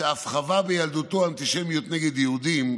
שאף חווה בילדותו אנטישמיות נגד יהודים,